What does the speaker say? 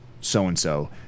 so-and-so